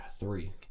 three